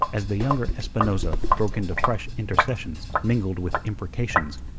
as the younger espinosa broke into fresh intercessions mingled with imprecations,